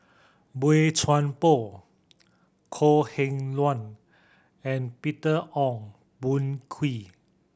Boey Chuan Poh Kok Heng Leun and Peter Ong Boon Kwee